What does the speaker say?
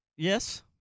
Yes